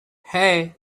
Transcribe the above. hey